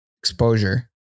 exposure